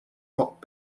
not